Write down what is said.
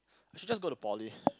I should just go to poly